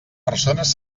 persones